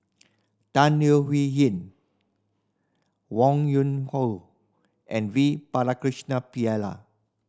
Tan Leo Wee Hin Wong Yoon Wah and V Pakirisamy Pillai